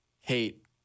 hate